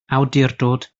awdurdod